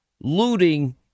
looting